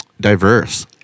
diverse